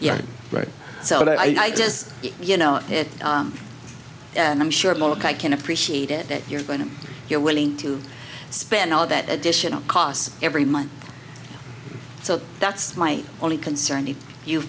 yeah right so i just you know it and i'm sure mark i can appreciate it that you're going to you're willing to spend all that additional costs every month so that's my only concern